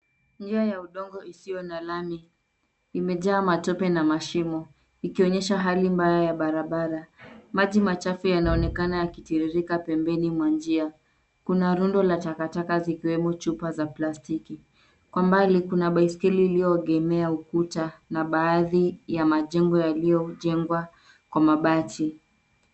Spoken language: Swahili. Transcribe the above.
Njia ya udongo isiyo na lami imejaa matope na mashimo ikionyesha hali mbaya ya barabara, maji machafu yanaonekana yakitiririka pembeni mwa njia kuna rundo la takataka zikiwemo chupa za plastiki, kwa mbali kuna baiskeli iliyoegenea ukuta na baadhi ya majengo yaliyojengwa kwa mabati.